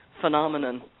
phenomenon